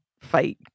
fight